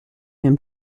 him